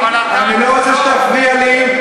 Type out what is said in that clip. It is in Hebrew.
ואני לא רוצה שתפריע לי.